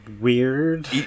weird